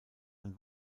ein